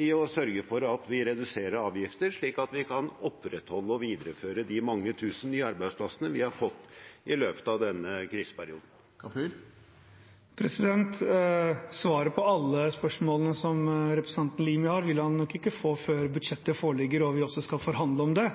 i å sørge for at vi reduserer avgifter slik at vi kan opprettholde og videreføre de mange tusen nye arbeidsplassene vi har fått i løpet av denne kriseperioden? Svaret på alle spørsmålene som representanten Limi har, vil han nok ikke få før budsjettet foreligger og vi skal forhandle om det,